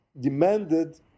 demanded